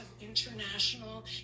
international